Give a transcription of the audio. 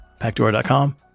Packdoor.com